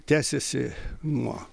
tęsiasi nuo